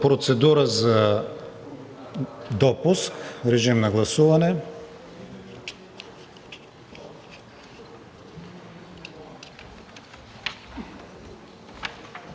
процедура за допуск – режим на гласуване.